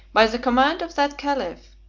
by the command of that caliph,